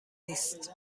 نیست